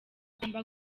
agomba